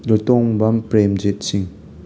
ꯂꯣꯏꯇꯣꯡꯕꯝ ꯄ꯭ꯔꯦꯝꯖꯤꯠ ꯁꯤꯡ